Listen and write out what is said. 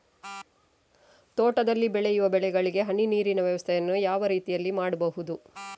ತೋಟದಲ್ಲಿ ಬೆಳೆಯುವ ಬೆಳೆಗಳಿಗೆ ಹನಿ ನೀರಿನ ವ್ಯವಸ್ಥೆಯನ್ನು ಯಾವ ರೀತಿಯಲ್ಲಿ ಮಾಡ್ಬಹುದು?